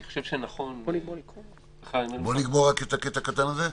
אני חושב שנכון --- בוא נגמור רק את הקטע הקטן הזה.